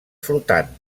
flotant